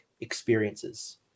experiences